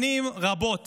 שנים רבות